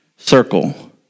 circle